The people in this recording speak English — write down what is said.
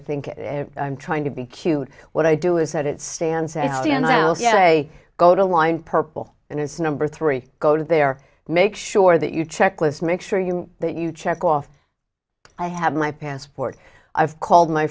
think i'm trying to be cute what i do is that it stands and they go to line purple and it's number three go to there make sure that your checklist make sure you that you check off i have my passport i've called my